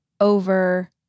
over